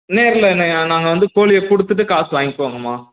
நேர்ல நே நாங்கள் வந்து கோழிய கொடுத்துட்டு காசு வாங்கிப்போங்கம்மா